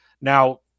Now